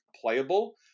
playable